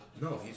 No